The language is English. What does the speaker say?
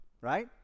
right